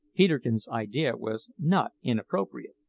peterkin's idea was not inappropriate,